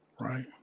Right